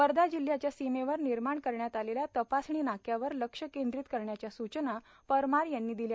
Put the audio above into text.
वर्धा जिल्हयाच्या सिमेवर निर्माण करण्यात आलेल्या तपासणी नाक्यावर लक्ष केंद्रित करण्याच्या सूचना परमार यांनी दिल्या